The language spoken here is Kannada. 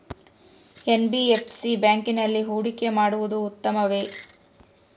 ಎನ್.ಬಿ.ಎಫ್.ಸಿ ಬ್ಯಾಂಕಿನಲ್ಲಿ ಹೂಡಿಕೆ ಮಾಡುವುದು ಉತ್ತಮವೆ?